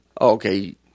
Okay